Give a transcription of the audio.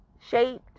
shaped